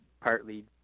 partly